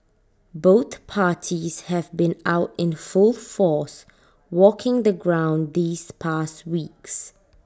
both parties have been out in full force walking the ground these past weeks